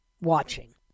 watching